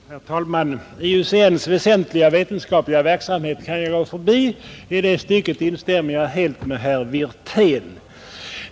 Herr talman! IUCN:s väsentliga vetenskapliga verksamhet kan jag gå förbi. I det stycket instämmer jag helt med herr Wirtén.